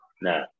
nah